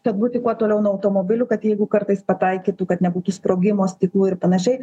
kad būti kuo toliau nuo automobilių kad jeigu kartais pataikytų kad nebūtų sprogimo stiklų ir panašiai